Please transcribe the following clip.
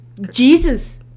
Jesus